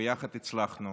וביחד הצלחנו.